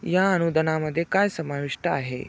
या अनुदानामध्ये काय समाविष्ट आहे